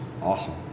Awesome